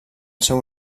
seu